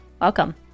welcome